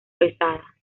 pesada